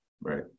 Right